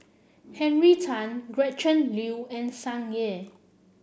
Henry Tan Gretchen Liu and Tsung Yeh